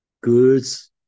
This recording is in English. goods